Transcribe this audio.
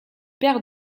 pair